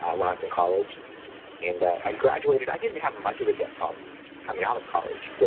i was in college and i graduated, i didn't have much of a debt problem coming out of college,